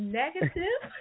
negative